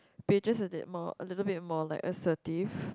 be just a bit more a little bit more like assertive